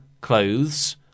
clothes